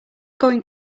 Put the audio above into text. going